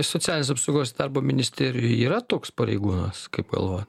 socialinės apsaugos darbo ministerijoj yra toks pareigūnas kaip galvojat